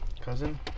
cousin